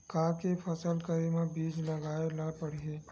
का के फसल करे बर बीज लगाए ला पड़थे?